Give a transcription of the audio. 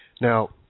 Now